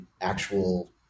actual –